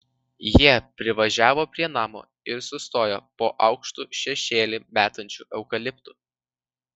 jie privažiavo prie namo ir sustojo po aukštu šešėlį metančiu eukaliptu